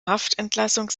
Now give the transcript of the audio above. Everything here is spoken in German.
haftentlassung